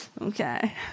Okay